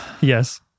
Yes